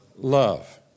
love